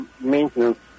maintenance